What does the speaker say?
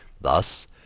Thus